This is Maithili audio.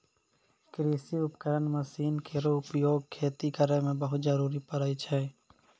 कृषि उपकरण मसीन केरो उपयोग खेती करै मे बहुत जरूरी परै छै